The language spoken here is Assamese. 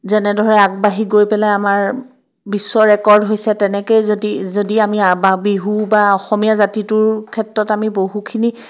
যেনেদৰে আগবাঢ়ি গৈ পেলাই আমাৰ বিশ্ব ৰেকৰ্ড হৈছে তেনেকৈ যদি যদি আমি বিহু বা অসমীয়া জাতিটোৰ ক্ষেত্ৰত আমি বহুখিনি